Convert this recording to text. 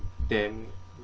them